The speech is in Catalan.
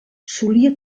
solia